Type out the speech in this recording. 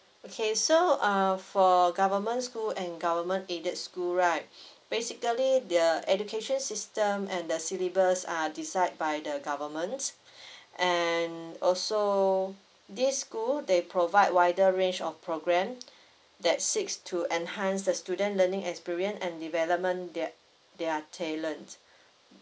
okay so uh for government school and government aided school right basically the education system and the syllabus are decide by the government and also this school they provide wider range of program that's seeks to enhance the student learning experience and development their their talent